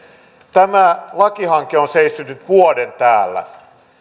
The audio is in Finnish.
tämä lakihanke on seissyt nyt vuoden täällä